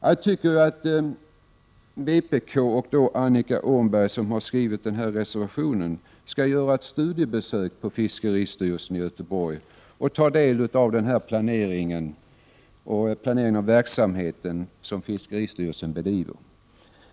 Jag tycker att vpk och Annika Åhnberg som har skrivit reservationen skall göra ett studiebesök på fiskeristyrelsen i Göteborg och ta del av fiskeplaneringen och planeringen av den verksamhet som fiskeristyrelsen bedriver.